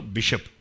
Bishop